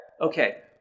Okay